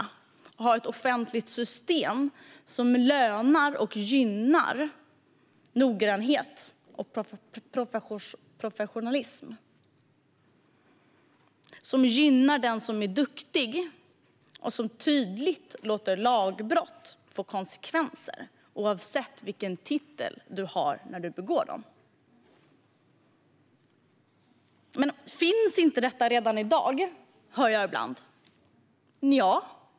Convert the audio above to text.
Vi måste ha ett offentligt system som belönar och gynnar noggrannhet och professionalism, gynnar den som är duktig och tydligt låter lagbrott få konsekvenser, oavsett vilken titel den som begår dem har. Jag hör ibland frågan: Men finns inte detta redan i dag? Nja.